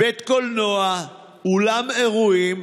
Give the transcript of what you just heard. בית קולנוע, אולם אירועים,